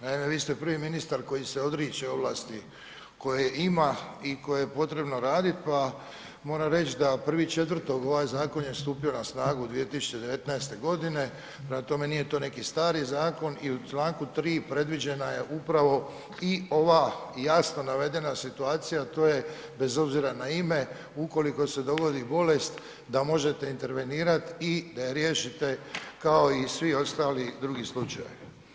Naime, vi ste prvi ministar koji se odriče ovlasti koje ima i koje je potrebno radit, pa moram reć da 1.4. ovaj zakon je stupio na snagu 2019.g., prema tome, nije to neki stari zakon i u čl. 3. predviđena je upravo i ova jasno navedena situacija, a to je bez obzira na ime, ukoliko se dogodi bolest da možete intervenirat i da je riješite kao i svi ostali drugi slučajevi.